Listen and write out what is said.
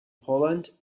poland